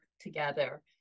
together